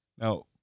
Now